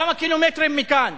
כמה קילומטרים מכאן,